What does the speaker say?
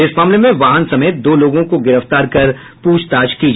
इस मामले में वाहन समेत दो लोगों को गिरफ्तार कर पूछताछ की जा रही है